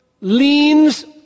leans